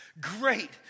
Great